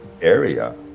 area